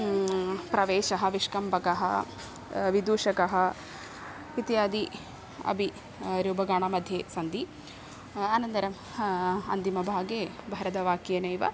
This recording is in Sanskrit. प्रवेशः विष्कम्भकः विदूषकः इत्यादि अपि रूपकाणां मध्ये सन्ति अनन्तरम् अन्तिमभागे भरतवाक्येनैव